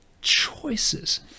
choices